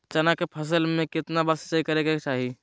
चना के फसल में कितना बार सिंचाई करें के चाहि?